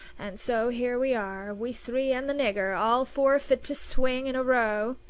and so here we are, we three and the nigger, all four fit to swing in a row,